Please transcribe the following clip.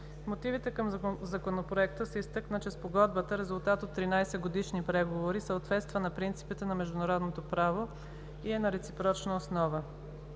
мотивите към Законопроекта се изтъкна, че Спогодбата – резултат от 13-годишни преговори, съответства на принципите на международното право и е на реципрочна основа.